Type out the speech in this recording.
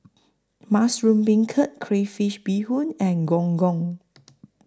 Mushroom Beancurd Crayfish Beehoon and Gong Gong